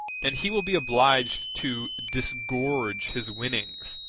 and he will be obliged to disgorge his winnings,